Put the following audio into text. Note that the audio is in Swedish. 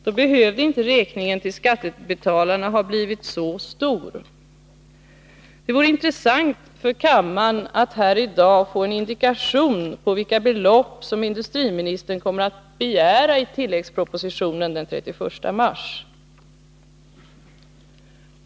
Då hade räkningen till skattebetalarna inte behövt bli så stor. Det vore intressant för kammaren att här i dag få en indikation på vilka belopp som industriminstern kommer att begära i tilläggspropositionen den 31 mars.